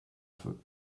feu